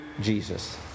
Jesus